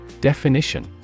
Definition